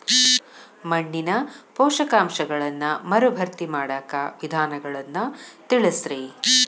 ಮಣ್ಣಿನ ಪೋಷಕಾಂಶಗಳನ್ನ ಮರುಭರ್ತಿ ಮಾಡಾಕ ವಿಧಾನಗಳನ್ನ ತಿಳಸ್ರಿ